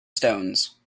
stones